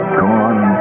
gone